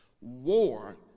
War